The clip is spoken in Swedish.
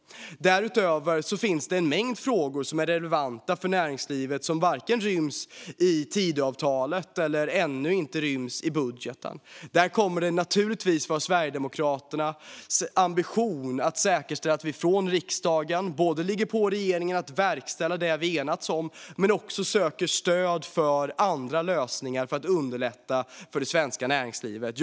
Därutöver finns en mängd frågor som är relevanta för näringslivet men som inte ryms i Tidöavtalet eller ännu inte ryms i budgeten. Där kommer det naturligtvis att vara Sverigedemokraternas ambition att säkerställa att vi från riksdagen ligger på regeringen att verkställa det vi enats om men också söker stöd för andra lösningar för att underlätta för det svenska näringslivet.